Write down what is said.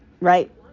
right